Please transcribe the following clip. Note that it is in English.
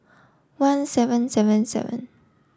one seven seven seven